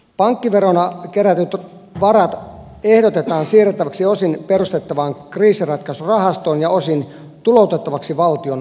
pankkiverona kerätyt varat ehdotetaan siirrettäväksi osin perustettavaan kriisinratkaisurahastoon ja osin tuloutettavaksi valtion talousarvioon